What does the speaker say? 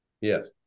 Yes